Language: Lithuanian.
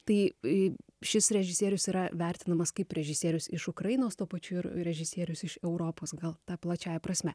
tai šis režisierius yra vertinamas kaip režisierius iš ukrainos tuo pačiu ir režisierius iš europos gal ta plačiąja prasme